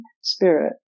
spirit